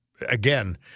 again